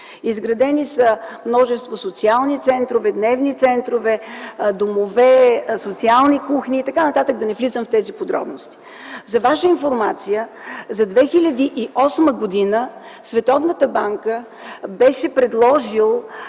Изградени са множество социални центрове, дневни центрове, домове, социални кухни и т.н., да не влизам в тези подробности. За ваша информация – за 2008 г. Световната банка беше предложила